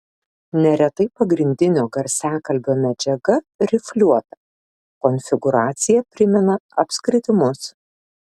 neretai pagrindinio garsiakalbio medžiaga rifliuota konfigūracija primena apskritimus